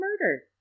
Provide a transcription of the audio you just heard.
murder